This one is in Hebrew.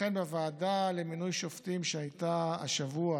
לכן בוועדה למינוי שופטים שהייתה השבוע